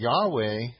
Yahweh